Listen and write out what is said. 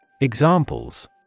Examples